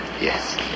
yes